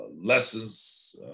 lessons